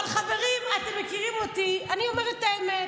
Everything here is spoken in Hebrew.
אבל חברים, אתם מכירים אותי, אני אומרת את האמת.